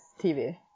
TV